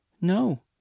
No